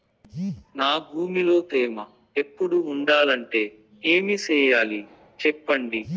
నా భూమిలో తేమ ఎప్పుడు ఉండాలంటే ఏమి సెయ్యాలి చెప్పండి?